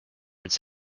its